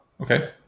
Okay